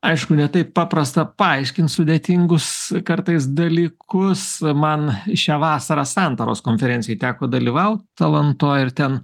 aišku ne taip paprasta paaiškint sudėtingus kartais dalykus man šią vasarą santaros konferencijoj teko dalyvaut alantoj ir ten